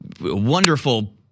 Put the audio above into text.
wonderful